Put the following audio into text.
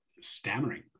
stammering